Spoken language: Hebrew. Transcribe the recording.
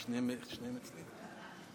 ההצהרה)